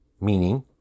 Meaning